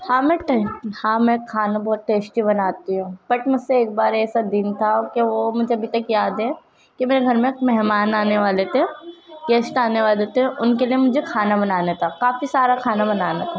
ہاں میں کھانا بہت ٹیسٹی بناتی ہوں بٹ مجھ سے ایک بار ایسا دن تھا کہ وہ مجھے ابھی تک یاد ہے کہ میرے گھر میں مہمان آنے والے تھے گیسٹ آنے والے تھے ان کے لیے مجھے کھانا بنانا تھا کافی سارا کھانا بنانا تھا